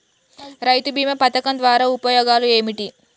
రైతు బీమా పథకం ద్వారా ఉపయోగాలు ఏమిటి?